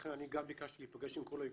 לכן אני גם ביקשתי להיפגש עם כל האיגודים,